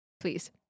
Please